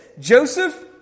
Joseph